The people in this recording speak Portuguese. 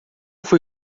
fui